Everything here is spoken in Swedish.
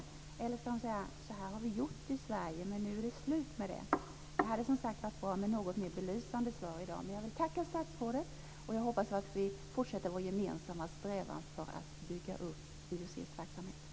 Eller skall de säga: Så här har vi gjort i Sverige, men nu är det slut med det. Det hade som sagt varit bra med ett något mer belysande svar i dag, men jag vill tacka statsrådet, och jag hoppas att vi fortsätter vår gemensamma strävan för att bygga upp IUC:nas verksamhet.